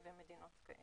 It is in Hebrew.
אבל